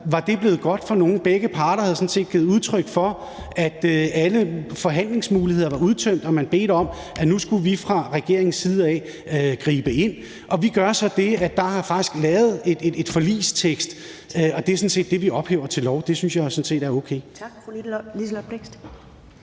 var det blevet godt for nogen? Begge parter havde sådan set givet udtryk for, at alle forhandlingsmuligheder var udtømt, og man bad om, at nu skulle vi fra regeringens side gribe ind. Det, vi så gør, er at ophæve den forligstekst, der faktisk er lavet, til lov, og det synes jeg sådan set er okay.